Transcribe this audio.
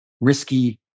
risky